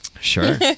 Sure